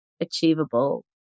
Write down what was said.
achievable